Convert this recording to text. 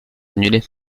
annulés